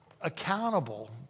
accountable